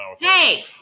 hey